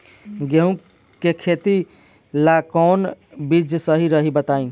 गेहूं के खेती ला कोवन बीज सही रही बताई?